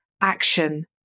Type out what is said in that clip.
action